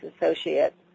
associate